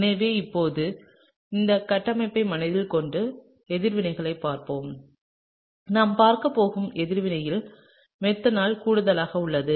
எனவே இப்போது இந்த கட்டமைப்பை மனதில் கொண்டு எதிர்வினையைப் பார்ப்போம் நாம் பார்க்கப் போகும் எதிர்வினையில் மெத்தனால் கூடுதலாக உள்ளது